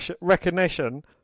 recognition